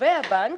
שגובה הבנק